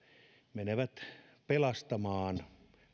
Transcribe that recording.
menevät pelastamaan